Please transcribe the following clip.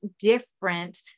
different